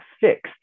fixed